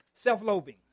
Self-loathing